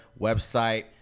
website